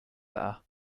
there